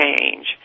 change